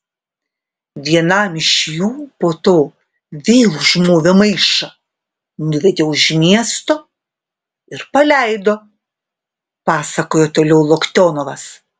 vienam iš jų po to vėl užmovė maišą nuvedė už miesto ir paleido pasakojo toliau loktionovas